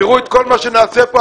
תראו את כל מה שנעשה כאן,